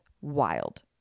wild